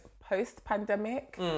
post-pandemic